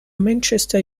manchester